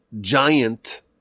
giant